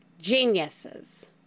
geniuses